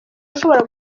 ushobora